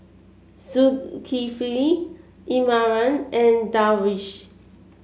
Zulkifli Imran and Darwish